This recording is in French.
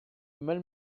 mal